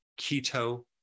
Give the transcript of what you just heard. keto